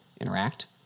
interact